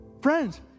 Friends